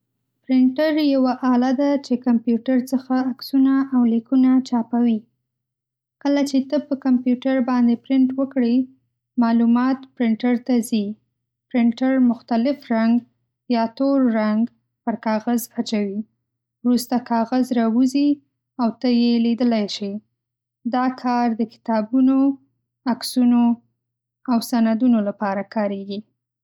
پرنټر یوه آله ده چې کمپیوټر څخه عکسونه او لیکونه چاپوي. کله چې ته په کمپیوټر باندې پرنټ وکړې، معلومات پرنټر ته ځي. پرنټر مختلف رنګ یا تور رنګ پر کاغذ اچوي. وروسته کاغذ راوزي، او ته یې لیدلی شې. دا کار د کتابونو، عکسونو او سندونو لپاره کارېږي.